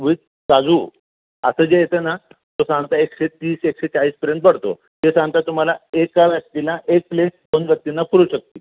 with काजू आता जे येतं ना तो सांगता एकशे तीस एकशे चाळीसपर्यंत पडतो ते सांगता तुम्हाला एका व्यक्तीला एक प्लेट दोन व्यक्तींना पुरू शकतो